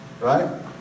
Right